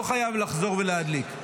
הוא לא חייב לחזור ולהדליק.